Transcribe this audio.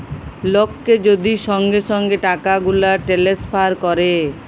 লককে যদি সঙ্গে সঙ্গে টাকাগুলা টেলেসফার ক্যরে